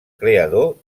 creador